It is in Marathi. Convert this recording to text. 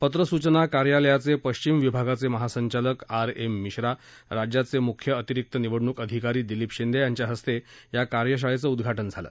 पत्र सूचना कार्यालयाचे पश्विम विभागाचे महासंचालक आर एम मिश्रा राज्याचे मूख्य अतिरिक्त निवडणुक अधिकारी दिलीप शिंदे यांच्या हस्ते या कार्यशाळेचं उद्घाटन झालं